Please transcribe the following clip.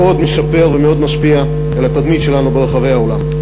מאוד משפר ומאוד משפיע על התדמית שלנו ברחבי העולם.